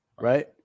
Right